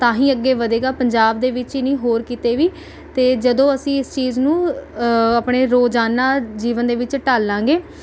ਤਾਂ ਹੀ ਅੱਗੇ ਵਧੇਗਾ ਪੰਜਾਬ ਦੇ ਵਿੱਚ ਹੀ ਨਹੀਂ ਹੋਰ ਕਿਤੇ ਵੀ ਅਤੇ ਜਦੋਂ ਅਸੀਂ ਇਸ ਚੀਜ਼ ਨੂੰ ਆਪਣੇ ਰੋਜ਼ਾਨਾ ਜੀਵਨ ਦੇ ਵਿੱਚ ਢਾਲਾਂਗੇ